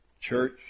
Church